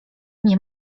nie